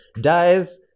dies